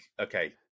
okay